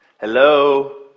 Hello